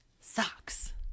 socks